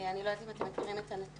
אני לא יודעת אם אתם מכירים את הנתון,